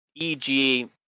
EG